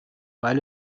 weil